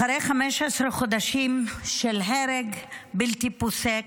אחרי 15 חודשים של הרג בלתי פוסק,